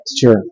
Sure